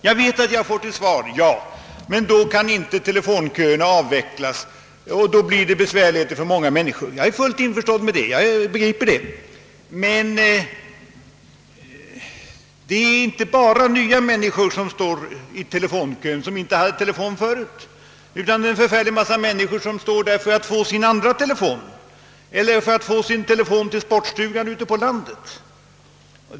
Jag vet att jag får till svar: »Ja, men då kan inte telefonköerna avvecklas, och det blir besvärligt för många människor.» Jag är fullt införstådd med det, men det är inte bara nyanmälda personer, vilka inte har telefon förut, som står i telefonkön, utan en hel mängd människor står där för att få sin andra telefon eller för att få telefon till sportstugan ute på landet.